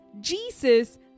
Jesus